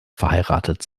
verheiratet